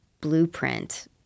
blueprint